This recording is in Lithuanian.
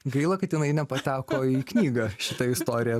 gaila kad jinai nepateko į knygą šita istorija